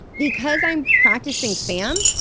because i'm practicing fam,